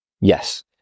Yes